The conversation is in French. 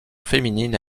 féminine